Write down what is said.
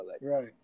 Right